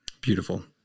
beautiful